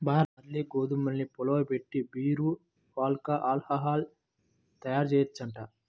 barley, గోధుమల్ని పులియబెట్టి beer, vodka, alcohol తయ్యారుజెయ్యొచ్చంట